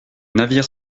navire